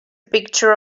picture